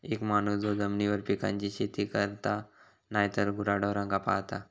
एक माणूस जो जमिनीवर पिकांची शेती करता नायतर गुराढोरांका पाळता